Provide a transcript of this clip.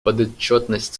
подотчетность